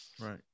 Right